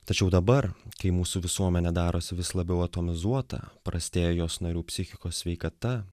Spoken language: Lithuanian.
tačiau dabar kai mūsų visuomenė darosi vis labiau atomizuota prastėja jos narių psichikos sveikata